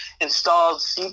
installed